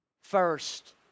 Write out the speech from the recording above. First